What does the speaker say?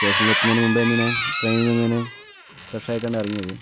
സ്റ്റേഷനിൽ എത്തുന്നതിനു മുമ്പ് തന്നെ ഞാൻ ട്രെയിനിൽ നിന്നു തന്നെ ഫ്രഷ് ആയിട്ടാണ് ഇറങ്ങിയത്